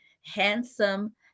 handsome